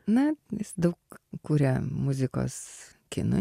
na jis daug kuria muzikos kinui